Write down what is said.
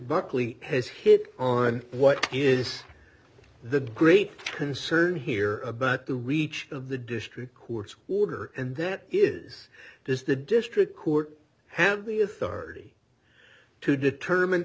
buckley has hit on what is the great concern here about the reach of the district court's order and that is does the district court have the authority to determine